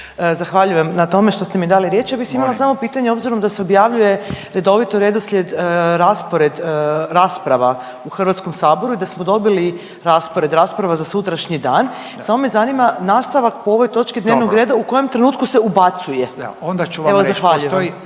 Zahvaljujem na tome što ste mi dali riječ. Ja bi imala samo pitanje, obzirom da se objavljuje redovito redoslijed, raspored rasprava u HS i da smo dobili raspored rasprava za sutrašnji dan samo me zanima nastavak po ovoj točki dnevnog reda…/Upadica Radin: Dobro./…u kojem trenutku se ubacuje, evo zahvaljujem